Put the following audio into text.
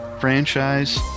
franchise